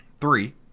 three